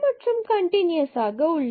மற்றும் கன்டினுயசாக உள்ளன